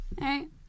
right